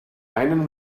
einen